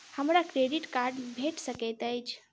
हमरा credit card भेट सकैत अछि?